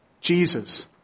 Jesus